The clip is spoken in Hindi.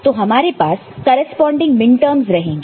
तो हमारे पास उसके करेस्पॉन्डिंग मिनटर्मस रहेंगे